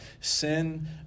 sin